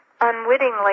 unwittingly